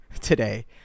today